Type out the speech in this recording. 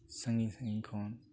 ᱥᱟᱺᱜᱤᱧ ᱥᱟᱺᱜᱤᱧ ᱠᱷᱚᱱ